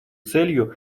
целью